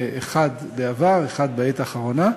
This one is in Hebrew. אחד בעבר ואחד בעת האחרונה,